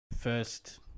first